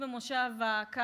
בצורה הזאת,